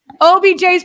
OBJ's